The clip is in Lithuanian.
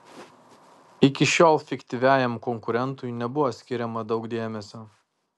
iki šiol fiktyviajam konkurentui nebuvo skiriama daug dėmesio